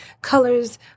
colors